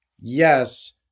yes